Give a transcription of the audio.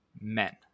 men